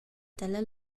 dalla